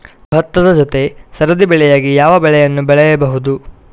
ಭತ್ತದ ಜೊತೆ ಸರದಿ ಬೆಳೆಯಾಗಿ ಯಾವ ಬೆಳೆಯನ್ನು ಬೆಳೆಯಬಹುದು?